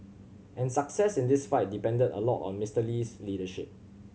and success in this fight depended a lot on Mister Lee's leadership